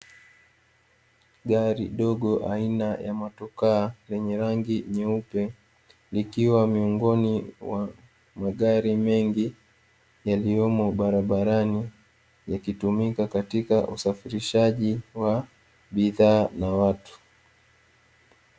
Gari dogo aina ya motokaa lenye rangi nyeupe, likiwa miongoni mwa magari mengi yaliyomo barabarani. Yakitumika katika usafirishaji wa bidhaa na watu.